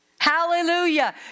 Hallelujah